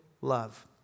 love